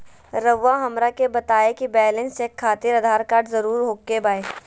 रउआ हमरा के बताए कि बैलेंस चेक खातिर आधार कार्ड जरूर ओके बाय?